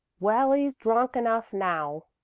well, he's drunk enough now,